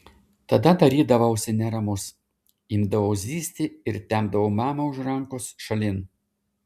tada darydavausi neramus imdavau zyzti ir tempdavau mamą už rankos šalin